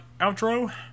outro